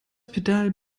pedal